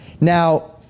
Now